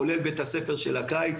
כולל בית הספר של הקיץ,